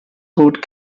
code